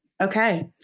Okay